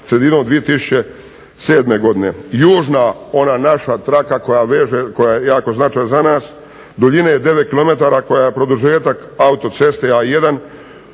sredinom 2007. godine. Južna ona naša traka koja veže i koja je jako značajna za nas duljine 9 km koja je produžetak autoceste A1